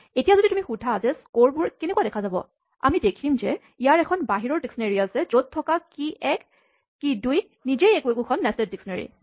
এতিয়া যদি তুমি সুধা যে স্ক'ৰবোৰ কেনেকুৱা দেখা যাব আমি দেখিম যে ইয়াৰ এখন বাহিৰৰ ডিস্কনেৰীঅভিধানআছে য'ত থকা কী১চাবি কী২চাবি২নিজেই একো একোখন নেষ্টেড ডিস্কনেৰীঅভিধান